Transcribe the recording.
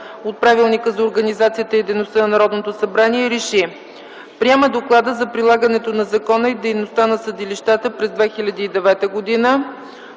от Правилника за организацията и дейността на Народното събрание, РЕШИ: 1. Приема Доклада за прилагането на закона и за дейността на съдилищата през 2009 г.